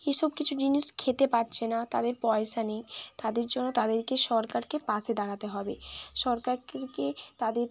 এই সব কিছু জিনিস খেতে পাচ্ছে না তাদের পয়সা নেই তাদের জন্য তাদেরকে সরকারকে পাশে দাঁড়াতে হবে সরকারকে তাদের